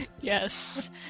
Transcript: Yes